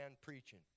preaching